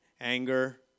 anger